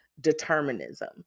determinism